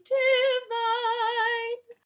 divine